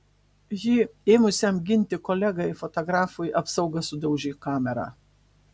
jį ėmusiam ginti kolegai fotografui apsauga sudaužė kamerą